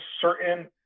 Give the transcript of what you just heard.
certain